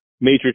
major